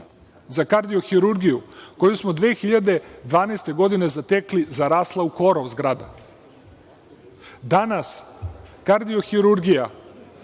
za kardio-hirurgiju, koju smo 2012. godine zatekli, zarasla u korov zgrada, danas kardio-hirurgija